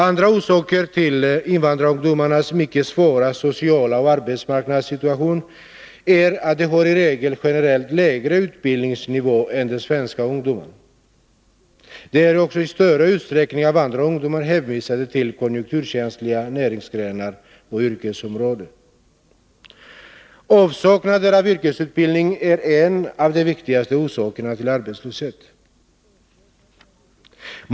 Andra orsaker till invandrarungdomarnas mycket svåra sociala och arbetsmarknadsmässiga situation är att de i regel har lägre utbildningsnivå än de svenska ungdomarna. De är också i större utsträckning än andra ungdomar hänvisade till konjunkturkänsliga näringsgrenar och yrkesområden. Avsaknaden av yrkesutbildning är en av de viktigaste orsakerna till arbetslöshet.